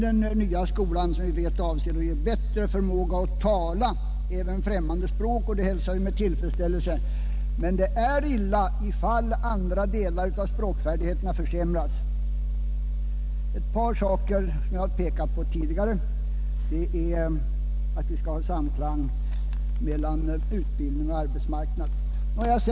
Den nya skolan skall som vi vet ge en bättre förmåga att tala, även främmande språk, och det hälsar vi med tillfredsställelse. Men det är illa om andra delar av språkfärdigheterna försämras. Jag har även i ett tidigare sammanhang påpekat att vi skall ha samklang mellan utbildning och arbetsmarknad.